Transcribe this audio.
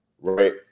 Right